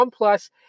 OnePlus